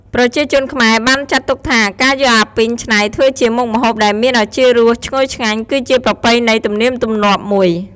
ប្រជាជនខ្មែរបានចាត់ទុកថា ការយកអាពីងច្នៃធ្វើជាមុខម្ហូបដែលមានឱជារសជាតិឈ្ងុយឆ្ងាញ់គឺជាប្រពៃណីទំនៀមទំលាប់មួយ។